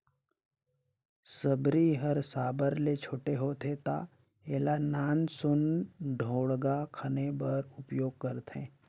सबरी हर साबर ले छोटे होथे ता एला नान सुन ढोड़गा खने बर उपियोग करथे